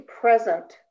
present